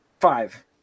five